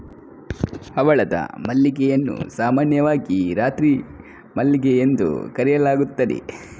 ಹವಳದ ಮಲ್ಲಿಗೆಯನ್ನು ಸಾಮಾನ್ಯವಾಗಿ ರಾತ್ರಿ ಮಲ್ಲಿಗೆ ಎಂದು ಕರೆಯಲಾಗುತ್ತದೆ